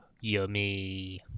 yummy